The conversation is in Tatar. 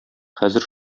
хәзер